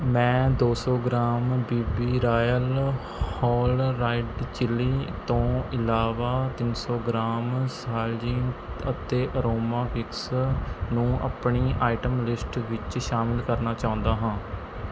ਮੈਂ ਦੋ ਸੌ gram B B royal whole red chilli ਤੋਂ ਇਲਾਵਾ ਤਿੰਨ ਸੌ ਗ੍ਰਾਮ ਸਾਲਜ਼ੀ ਅਤੇ ਅਰੋਮਾ ਫਿਕਸ ਨੂੰ ਆਪਣੀ ਆਈਟਮ ਲਿਸਟ ਵਿੱਚ ਸ਼ਾਮਿਲ ਕਰਨਾ ਚਾਹੁੰਦਾ ਹਾਂ